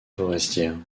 forestière